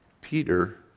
Peter